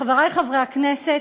חברי חברי הכנסת,